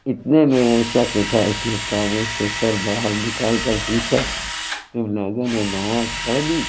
اتنے میں وہ شخص اُٹھا اُس نے تابوت سے سر باہر نکال کر پوچھا تم لوگوں نے نماز پڑھ لی